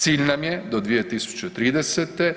Cilj nam je do 2030.